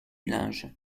linge